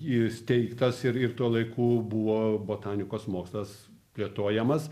įsteigtas ir ir tuo laiku buvo botanikos mokslas plėtojamas